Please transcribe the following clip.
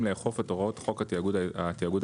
לאכוף את הוראות חוק התיאגוד האזורי?